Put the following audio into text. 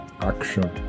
action